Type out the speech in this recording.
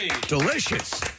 Delicious